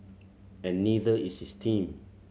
and neither is his team